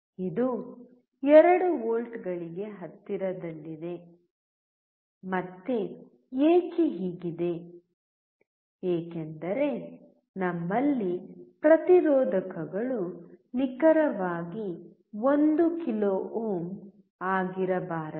ಇದು 2 ವೋಲ್ಟ್ಗಳಿಗೆ ಹತ್ತಿರದಲ್ಲಿದೆ ಮತ್ತೆ ಏಕೆ ಹೀಗಿದೆ ಏಕೆಂದರೆ ನಮ್ಮಲ್ಲಿ ಪ್ರತಿರೋಧಕಗಳು ನಿಖರವಾಗಿ 1 ಕಿಲೋ ಓಮ್ ಆಗಿರಬಾರದು